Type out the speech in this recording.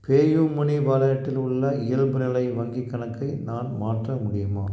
PayUmoney வாலெட்டில் உள்ள இயல்புநிலை வங்கிக் கணக்கை நான் மாற்ற முடியுமா